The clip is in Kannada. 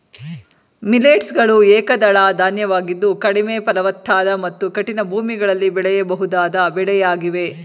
ಮಿಲ್ಲೆಟ್ಸ್ ಗಳು ಏಕದಳ ಧಾನ್ಯವಾಗಿದ್ದು ಕಡಿಮೆ ಫಲವತ್ತಾದ ಮತ್ತು ಕಠಿಣ ಭೂಮಿಗಳಲ್ಲಿ ಬೆಳೆಯಬಹುದಾದ ಬೆಳೆಯಾಗಿವೆ